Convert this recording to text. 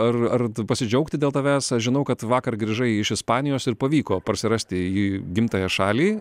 ar ar pasidžiaugti dėl tavęs aš žinau kad vakar grįžai iš ispanijos ir pavyko parsirasti į gimtąją šalį